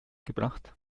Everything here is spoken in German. gebracht